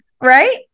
right